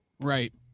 Right